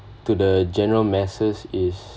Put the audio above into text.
to the general masses is